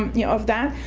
you know, of that.